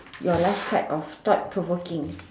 your last card of thought provoking